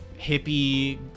hippie